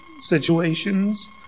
situations